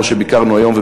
שם ביקרנו היום,